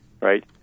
Right